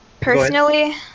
personally